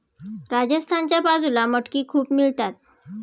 राजस्थानच्या बाजूला मटकी खूप मिळतात